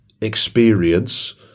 experience